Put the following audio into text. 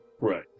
Right